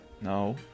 No